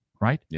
right